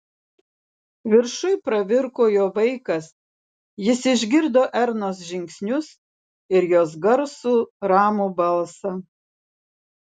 viršuj pravirko jo vaikas jis išgirdo ernos žingsnius ir jos garsų ramų balsą